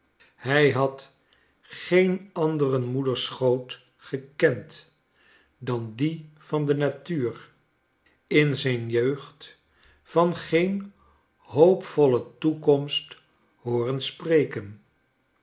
hij had geen anderen moeder's schoot gekend dan die van de natuur in zijn jeugd van geen hoopvolle toekomst hooren spreken